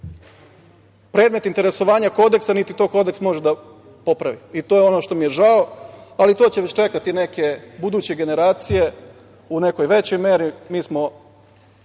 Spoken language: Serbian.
predmet interesovanja kodeksa, niti to kodeks može da popravi. To je ono što mi je žao, ali to će vas čekati neke buduće generacije, u nekoj većoj meri, mi smo